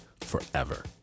forever